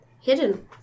hidden